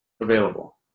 available